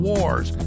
Wars